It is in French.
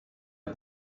est